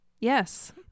Yes